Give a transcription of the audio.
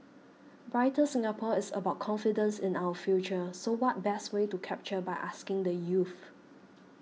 brighter Singapore is about confidence in our future so what best way to capture by asking the youth